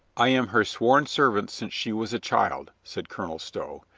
i am her sworn servant since she was a child, said colonel stow,